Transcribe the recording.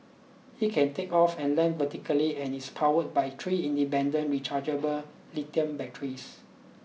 it can take off and land vertically and is powered by three independent rechargeable lithium batteries